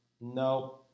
no